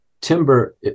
timber